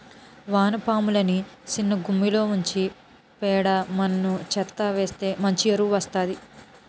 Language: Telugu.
వానపాములని సిన్నగుమ్మిలో ఉంచి పేడ మన్ను చెత్తా వేస్తె మంచి ఎరువు వస్తాది